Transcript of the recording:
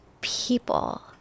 people